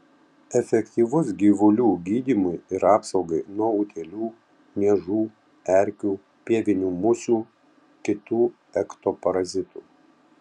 efektyvus gyvulių gydymui ir apsaugai nuo utėlių niežų erkių pievinių musių kitų ektoparazitų